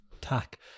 tack